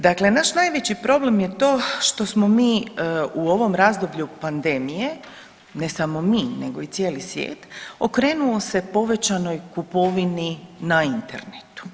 Dakle naš najveći problem je to što smo mi u ovom razdoblju pandemije, ne samo mi nego i cijeli svijet, okrenuo se povećanoj kupovini na internetu.